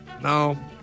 No